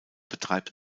betreibt